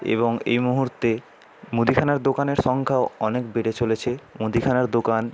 এবং এই মুহুর্তে মুদিখানার দোকানের সংখ্যাও অনেক বেড়ে চলেছে মুদিখানার দোকান